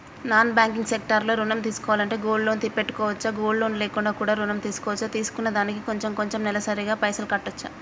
Non banking sector లో ఋణం తీసుకోవాలంటే గోల్డ్ లోన్ పెట్టుకోవచ్చా? గోల్డ్ లోన్ లేకుండా కూడా ఋణం తీసుకోవచ్చా? తీసుకున్న దానికి కొంచెం కొంచెం నెలసరి గా పైసలు కట్టొచ్చా?